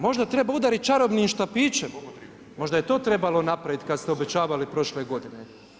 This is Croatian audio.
Možda treba udariti čarobnim štapićem, možda je to trebalo napraviti kad ste obećavali prošle godine.